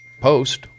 post